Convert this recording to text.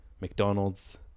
McDonald's